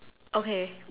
okay